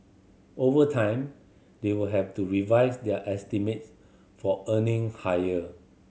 over time they will have to revise their estimates for earning higher